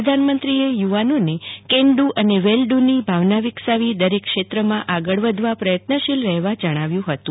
પ્રધાનમંત્રીએ યુવાનોને can do અને વીલ ડુ ની ભાવના વિકસાવી દરેક ક્ષેત્રમાં આગળ વધવા પ્રયત્નશીલ રહેવા જણાવ્યું હતું